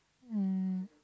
mm